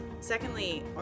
Secondly